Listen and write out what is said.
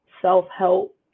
self-help